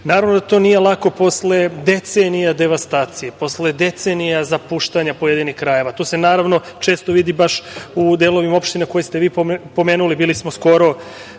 da to nije lako posle decenija devastacije, posle decenija zapuštanja pojedinih krajeva, to se naravno često vidi baš u delovima opštine koje ste vi pomenuli. Bili smo skoro